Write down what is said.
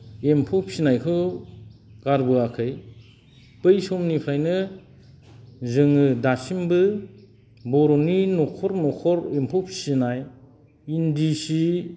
एम्फौ फिसिनायखौ गारबोयाखै बै समनिफ्रायनो जोङो दासिमबो बर'नि न'खर न'खर एम्फौ फिसिनाय इन्दि सि